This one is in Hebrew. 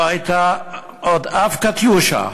לא הייתה עוד אף "קטיושה"